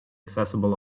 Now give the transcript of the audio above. accessible